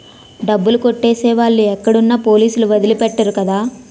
డబ్బులు కొట్టేసే వాళ్ళు ఎక్కడున్నా పోలీసులు వదిలి పెట్టరు కదా